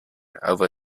over